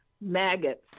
maggots